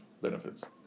benefits